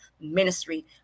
Ministry